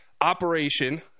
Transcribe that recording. operation